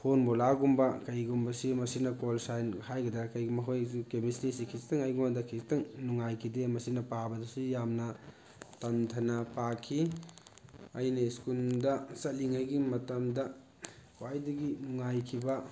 ꯐꯣꯔꯃꯨꯂꯥꯒꯨꯝꯕ ꯀꯩꯒꯨꯝꯕꯁꯤ ꯃꯁꯤꯅ ꯀꯣꯜ ꯁꯥꯏꯟ ꯍꯥꯏꯒꯗ꯭ꯔꯥ ꯀꯩ ꯃꯈꯣꯏꯒꯤ ꯀꯦꯃꯤꯁꯇ꯭ꯔꯤꯁꯤ ꯈꯤꯖꯤꯛꯇꯪ ꯑꯩꯉꯣꯟꯗ ꯈꯤꯖꯤꯛꯇꯪ ꯅꯨꯡꯉꯥꯏꯈꯤꯗꯦ ꯃꯁꯤꯅ ꯄꯥꯕꯗꯁꯨ ꯌꯥꯝꯅ ꯇꯟꯊꯅ ꯄꯥꯈꯤ ꯑꯩꯅ ꯁ꯭ꯀꯨꯜꯗ ꯆꯠꯂꯤꯉꯩꯒꯤ ꯃꯇꯝꯗ ꯈ꯭ꯋꯥꯏꯗꯒꯤ ꯅꯨꯡꯉꯥꯏꯈꯤꯕ